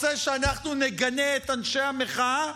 רוצה שאנחנו נגנה את אנשי המחאה?